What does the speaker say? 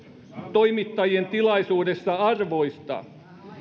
toimittajien tilaisuudessa arvoista